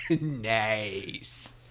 Nice